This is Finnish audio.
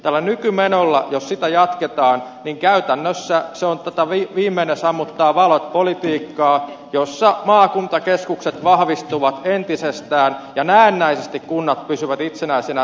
tällä nykymenolla jos sitä jatketaan käytännössä se on tätä viimeinen sammuttaa valot politiikkaa jossa maakuntakeskukset vahvistuvat entisestään ja näennäisesti kunnat pysyvät itsenäisinä